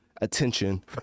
attention